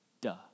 duh